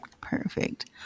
Perfect